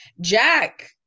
Jack